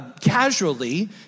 casually